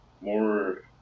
more